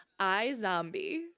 iZombie